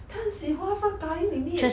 她很喜欢放 curry 里面